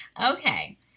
Okay